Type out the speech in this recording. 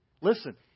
Listen